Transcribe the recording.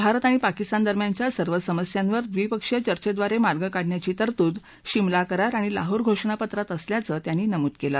भारत आणि पाकिस्तानदरम्यानच्या सर्व समस्यांवर ड्रीपक्षीय चर्चेड्वारे मार्ग काढण्याची तरतूद शिमला करार आणि लाहोर घोषणापत्रात असल्याचं त्यांनी नमूद केलं